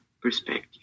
perspective